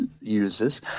uses